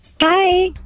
hi